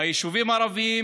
ביישובים הערביים,